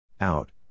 Out